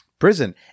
prison